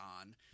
on